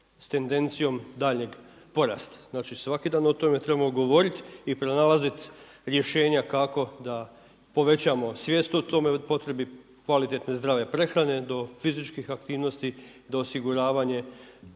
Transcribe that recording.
s tendencijom daljnjeg porasta. Znači svaki dan o tome trebamo govoriti i pronalazit rješenja kako da povećamo svijest o tome, u potrebi kvalitetne zdrave prehrane, do fizičkih aktivnosti do osiguravanje